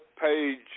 page